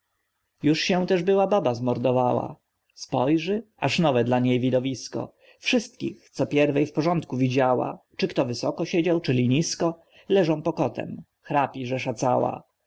już się też była baba zmordowała spójrzy aż nowe dla niej widowisko wszystkich co pierwej w porządku widziała czy kto wysoko siedział czyli nisko leżą pokotem chrapi rzesza cała